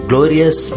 Glorious